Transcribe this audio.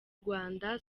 rwanda